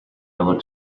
looked